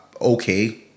okay